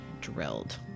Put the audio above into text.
drilled